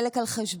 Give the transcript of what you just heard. חלק על חשבונם,